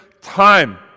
time